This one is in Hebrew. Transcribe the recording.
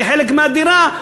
כחלק מהדירה,